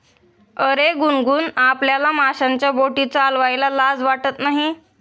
अरे गुनगुन, आपल्याला माशांच्या बोटी चालवायला लाज वाटत नाही